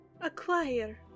acquire